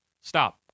stop